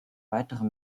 weiterer